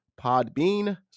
Podbean